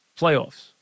playoffs